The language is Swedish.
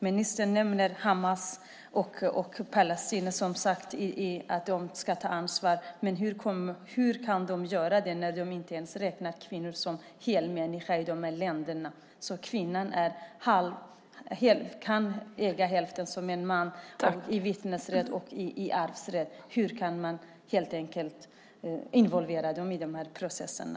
Ministern nämner att Hamas och Palestina ska ta ansvar, men hur kan de göra det när man inte ens räknar kvinnor som hela människor i de här länderna? Kvinnan är halv: hon kan äga hälften så mycket som en man och är värd hälften så mycket i vittnesrätt och arvsrätt. Hur kan man involvera dem i de här processerna?